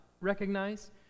recognize